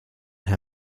her